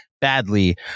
badly